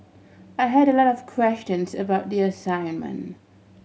I had a lot of questions about the assignment